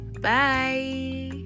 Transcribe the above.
bye